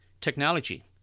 Technology